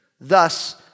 Thus